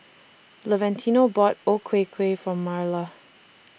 Valentino bought O Ku Kueh For Marla